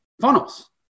Funnels